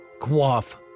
quaff